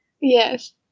Yes